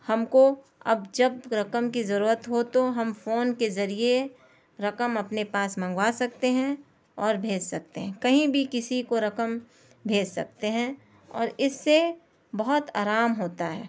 ہم کو اب جب رقم کی ضرورت ہو تو ہم فون کے ذریعے رقم اپنے پاس منگوا سکتے ہیں اور بھیج سکتے ہیں کہیں بھی کسی کو رقم بھیج سکتے ہیں اور اس سے بہت آرام ہوتا ہے